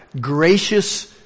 gracious